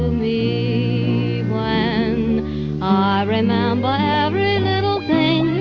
me, when i remember every little thing